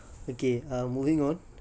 okay moving on